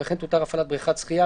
וכן תותר הפעלת בריכת שחייה,